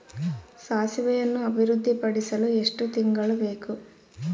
ಸಾಸಿವೆಯನ್ನು ಅಭಿವೃದ್ಧಿಪಡಿಸಲು ಎಷ್ಟು ತಿಂಗಳು ಬೇಕು?